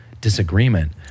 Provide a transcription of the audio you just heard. disagreement